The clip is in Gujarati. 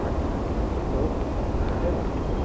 અચ્છા અચ્છા અચ્છા ઓકે ઓકે કંઈ વાંધો નહીં મેડમ